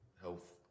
health